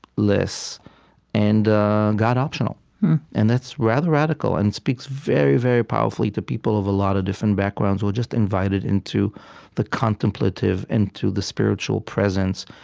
and god-optional and that's rather radical and speaks very, very powerfully to people of a lot of different backgrounds who are just invited into the contemplative, into the spiritual presence,